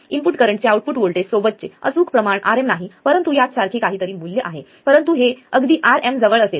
input current चे output voltage सोबतचे अचूक प्रमाण Rm नाही परंतु यासारखे काहीतरी मूल्य आहे परंतु हे अगदी Rm जवळ असेल